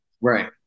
Right